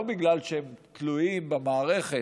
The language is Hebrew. לא בגלל שהם תלויים במערכת,